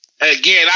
again